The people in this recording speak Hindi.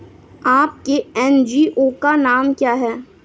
आपके एन.जी.ओ का नाम क्या है?